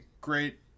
great